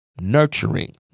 nurturing